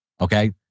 Okay